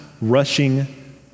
rushing